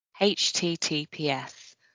https